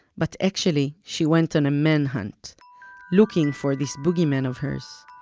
but actually she went on a manhunt looking for this boogey man of hers.